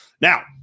Now